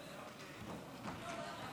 מאה אחוז.